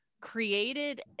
created